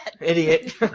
Idiot